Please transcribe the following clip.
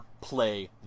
play